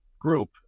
group